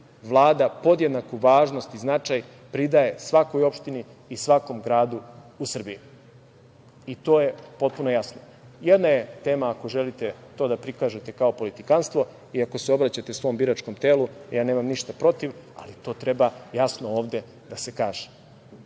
Vlada podjednaku važnost i značaj pridaje svakoj opštini i svakom gradu u Srbiji i to je potpuno jasno. Jedan je tema ako želite to da prikažete kao politikanstvo i ako se obraćate svom biračkom telu, ja nemam ništa protiv, ali to treba jasno ovde da se